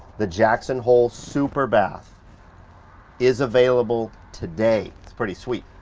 the jackson hole superbath is available today, it's pretty sweet.